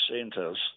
centres